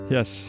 Yes